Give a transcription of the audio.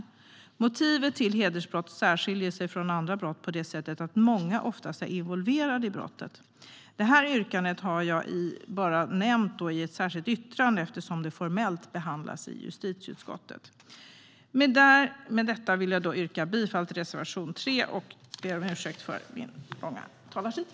Motivet till hedersbrott särskiljer sig från andra brott på det sättet att det oftast är många involverade i brottet. Detta yrkande har jag bara nämnt i ett särskilt yttrande i betänkandet eftersom det formellt behandlas i justitieutskottet. Med detta yrkar jag bifall till reservation 3 och ber om ursäkt för min långa talartid.